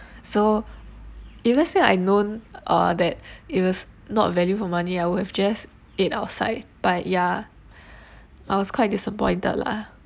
so if let's say I known uh that it was not value for money I would have just ate outside but ya I was quite disappointed lah